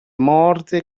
morte